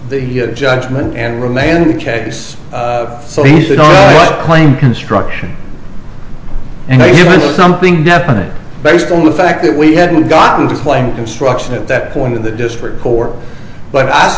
the judgment and remain in the case so he's a claim construction and something definite based on the fact that we hadn't gotten to playing construction at that point in the district or but i